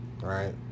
right